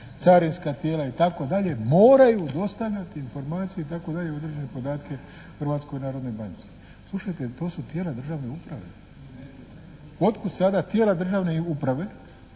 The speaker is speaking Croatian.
carinska tijela itd. moraju dostavljati informacije itd. i određene podatke Hrvatskoj narodnoj banci. Slušajte, to su tijela državne uprave. Otkud sada tijela državne uprave